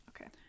Okay